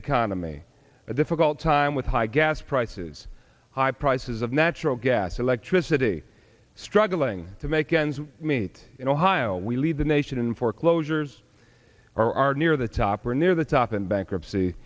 economy a difficult time with high gas prices high prices of natural gas electricity struggling to make ends meet in ohio we lead the nation in foreclosures or are near the top or near the top in bankruptcy